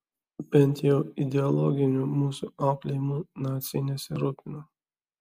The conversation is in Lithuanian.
bent jau ideologiniu mūsų auklėjimu naciai nesirūpino